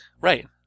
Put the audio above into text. Right